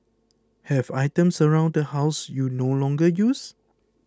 have items around the house you no longer use